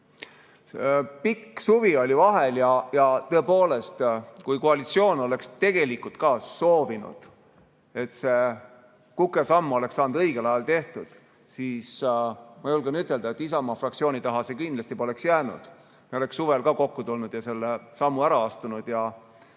suunas. Pikk suvi oli vahel ja tõepoolest, kui koalitsioon oleks tegelikult soovinud, et see kukesamm oleks saanud õigel ajal tehtud, siis ma julgen ütelda, et Isamaa fraktsiooni taha see kindlasti poleks jäänud. Me oleks suvel ka kokku tulnud ja selle sammu ära astunud ja